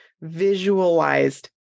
visualized